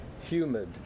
humid